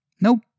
Nope